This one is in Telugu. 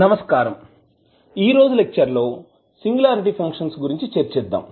నమస్కారం ఈ రోజు లెక్చర్ లో సింగులారిటీ ఫంక్షన్స్ గురించి చర్చిద్దాం